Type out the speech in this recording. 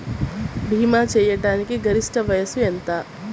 భీమా చేయాటానికి గరిష్ట వయస్సు ఎంత?